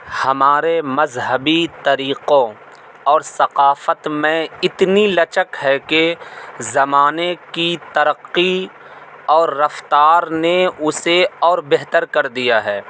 ہمارے مذہبی طریقوں اور ثقافت میں اتنی لچک ہے کہ زمانے کی ترقی اور رفتار نے اسے اور بہتر کر دیا ہے